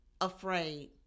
afraid